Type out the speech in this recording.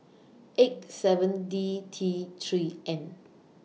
eight seven D T three N